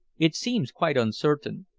it seems quite uncertain.